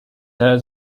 airs